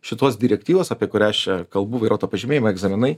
šituos direktyvas apie kurią aš čia kalbu vairuoto pažymėjimą egzaminai